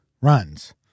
runs